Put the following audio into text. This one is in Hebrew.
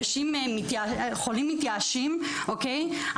אנשים חולים מתייאשים, אוקיי?